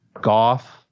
Goff